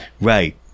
Right